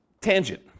tangent